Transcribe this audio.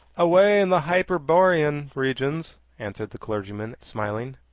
away in the hyperborean regions, answered the clergyman, smiling.